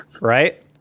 right